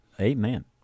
Amen